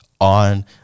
on